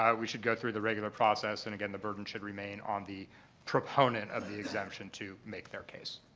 um we should go through the regular process. and again, the burden should remain on the proponent of the exemption to make their case.